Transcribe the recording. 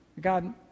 God